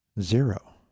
zero